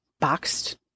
boxed